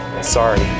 Sorry